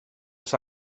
oes